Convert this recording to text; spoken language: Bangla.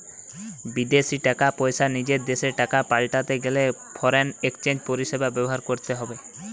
বিদেশী টাকা পয়সা নিজের দেশের টাকায় পাল্টাতে গেলে ফরেন এক্সচেঞ্জ পরিষেবা ব্যবহার করতে হবে